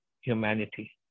humanity